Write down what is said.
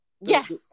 yes